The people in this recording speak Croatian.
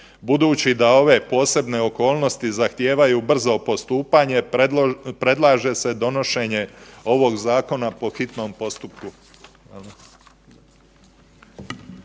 Budući da ove posebne okolnosti zahtijevaju brzo postupanje predlaže se donošenje ovog zakona po hitnom postupku.